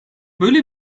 böyle